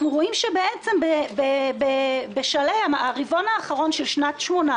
אנחנו רואים שבעצם בשלהי הרבעון האחרון של שנת 2018,